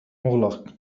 مغلق